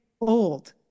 old